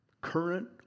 current